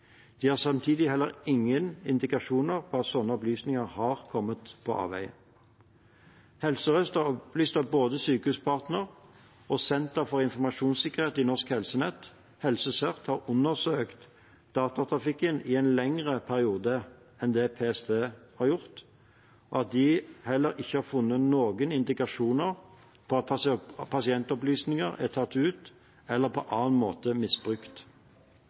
De har samtidig heller ingen indikasjoner på at slike opplysninger har kommet på avveier. Helse Sør-Øst har opplyst at både Sykehuspartner og senter for informasjonssikkerhet i Norsk Helsenett, HelseCERT, har undersøkt datatrafikken i en lengre periode enn det PST har gjort, og at de heller ikke har funnet noen indikasjoner på at pasientopplysninger er tatt ut eller på annen måte misbrukt.